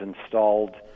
installed